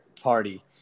Party